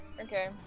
Okay